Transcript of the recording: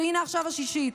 והינה עכשיו השישית,